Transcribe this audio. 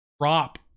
drop